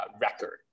record